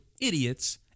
idiots